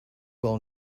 will